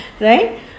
Right